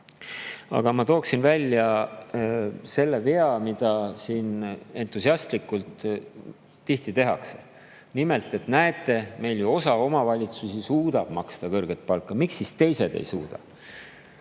ma tooksin välja selle vea, mida siin entusiastlikult tihti tehakse. Nimelt, me näeme, et osa omavalitsusi suudab maksta kõrget palka, miks siis teised ei suuda.